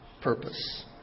purpose